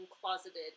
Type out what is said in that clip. closeted